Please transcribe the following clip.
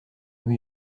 new